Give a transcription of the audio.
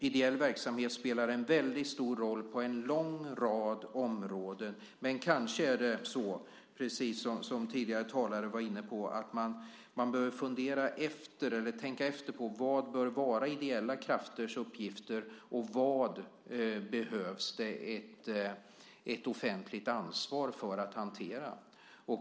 Ideell verksamhet spelar en väldigt stor roll på en lång rad områden, men kanske är det så, precis som tidigare talare var inne på, att man behöver tänka efter vad som bör vara ideella krafters uppgifter och vad det behövs ett offentligt ansvar för att hantera.